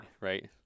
right